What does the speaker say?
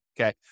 okay